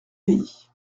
pays